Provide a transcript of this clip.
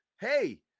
hey